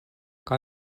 kaj